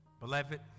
Beloved